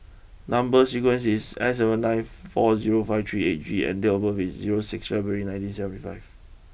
number sequence is S zero nine four zero five three eight G and date of birth is zero six February nineteen seventy five